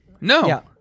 No